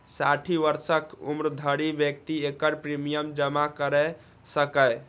साठि वर्षक उम्र धरि व्यक्ति एकर प्रीमियम जमा कैर सकैए